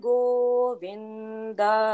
Govinda